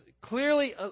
clearly